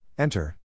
Enter